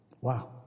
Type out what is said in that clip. Wow